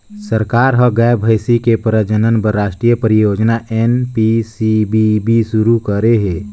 सरकार ह गाय, भइसी के प्रजनन बर रास्टीय परियोजना एन.पी.सी.बी.बी सुरू करे हे